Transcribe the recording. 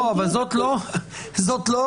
זאת לא האופציה.